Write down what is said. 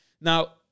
Now